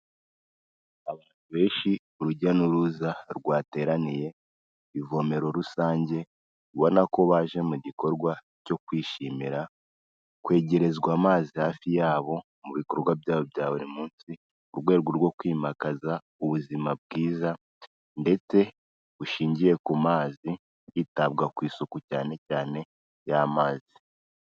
Abantu benshi urujya n'uruza rwateraniye ivomero rusange ubona ko baje mu gikorwa cyo kwishimira kwegerezwa amazi hafi yabo mu bikorwa byabo bya buri munsi, mu rwego rwo kwimakaza ubuzima bwiza ndetse bushingiye ku mazi hitabwa ku isuku cyane cyane y'amazi.